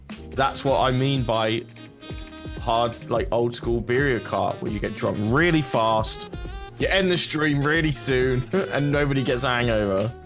that's what i mean by hard like old school barrier car where you get drunk really fast you end the stream really soon and nobody gets hangover.